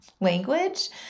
language